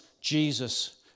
Jesus